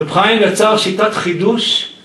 רב חיים יצר שיטת חידוש